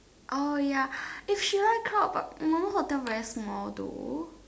oh ya if she likes come but normal hotel very small though